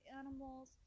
animals